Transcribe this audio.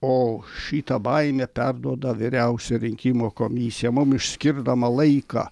o šitą baimę perduoda vyriausioji rinkimų komisija mum išskirdama laiką